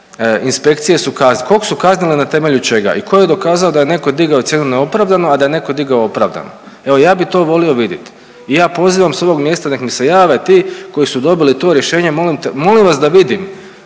inspekcije su kaznile, kog su kaznile i na temelju čega i ko je dokazao da je neko digao cijene neopravdano, a da je neko digao opravdano. Evo ja bi to volio vidit i ja pozivam s ovog mjesta nek mi se jave ti koji su dobili to rješenje, molim vas da vidim